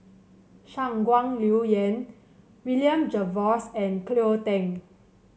Shangguan Liuyun William Jervois and Cleo Thang